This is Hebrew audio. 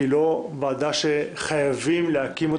כי היא לא ועדה שחייבים להקים,